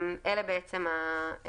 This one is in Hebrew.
זה התיקון המהותי.